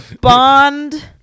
Bond